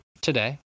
today